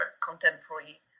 contemporary